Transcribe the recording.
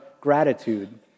gratitude